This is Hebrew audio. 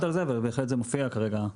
--- אבל בהחלט זה מופיע כרגע.